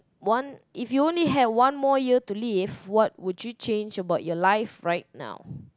one if you only had one more year to live what would you change about life right now